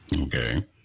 Okay